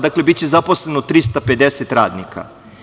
Dakle, biće zaposleno 350 radnika.